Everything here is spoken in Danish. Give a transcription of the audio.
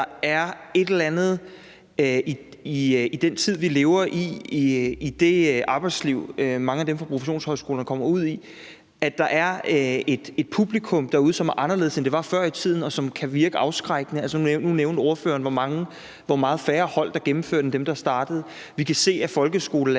er et eller andet i den tid, vi lever i – i det arbejdsliv, mange af dem fra professionshøjskolerne kommer ud i – og at der er et publikum derude, som er anderledes, end det var før i tiden, og som kan virke afskrækkende. Nu nævnte ordføreren, hvor mange færre hold der gennemførte end dem, der startede. Vi kan se, at for hvert